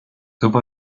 dopo